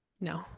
No